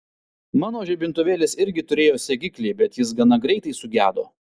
mano žibintuvėlis irgi turėjo segiklį bet jis gana greitai sugedo